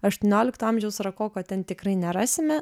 aštuoniolikto amžiaus rokoko ten tikrai nerasime